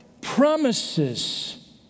promises